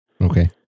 Okay